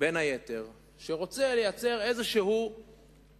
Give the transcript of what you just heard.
בין היתר, שרוצה ליצור איזה שוויון